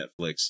Netflix